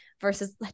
versus